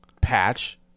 patch